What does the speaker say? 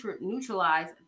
neutralize